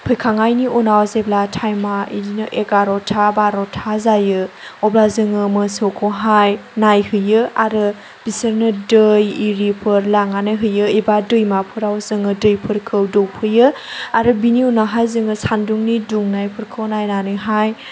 फैखांनायनि उनाव जेब्ला थाइमआ बिदिनो एगारथा बारथा जायो अब्ला जोङो मोसौखौहाय नायहैयो आरो बिसोरनो दै आरिफोर लांनानै होयो एबा दैमाफोराव जोङो दैफोरखौ दौफैयो आरो बिनि उनावहाय जोङो सान्दुंनि दुंनायफोरखौ नायनानैहाय